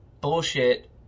bullshit